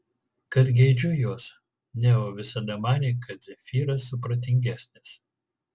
kad geidžiu jos neo visada manė kad zefyras supratingesnis